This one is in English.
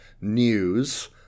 news